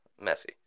messy